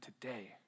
today